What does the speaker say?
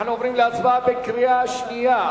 אנחנו עוברים להצבעה בקריאה שנייה,